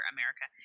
America